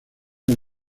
del